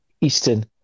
Eastern